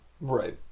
Right